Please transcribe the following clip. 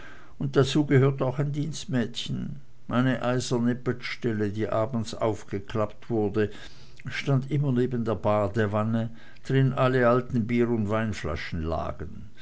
und dazu gehört auch ein dienstmädchen meine eiserne bettstelle die abends aufgeklappt wurde stand immer neben der badewanne drin alle alten bier und weinflaschen lagen